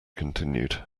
continued